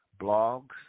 blogs